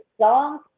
song's